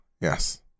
yes